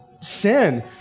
sin